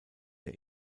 der